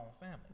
family